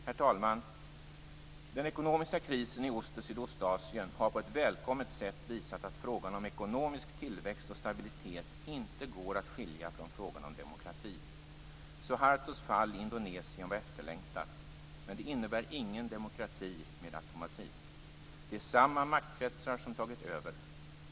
Herr talman! Den ekonomiska krisen i Ost och Sydostasien har på ett välkommet sätt visat att frågan om ekonomisk tillväxt och stabilitet inte går att skilja från frågan om demokrati. Suhartos fall i Indonesien var efterlängtat. Men det innebär ingen demokrati med automatik. Det är samma maktkretsar som tagit över.